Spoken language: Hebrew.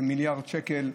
כמיליארד שקל,